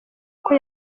uko